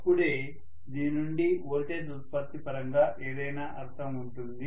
అప్పుడే దీని నుండి వోల్టేజ్ ఉత్పత్తి పరంగా ఏదైనా అర్థం ఉంటుంది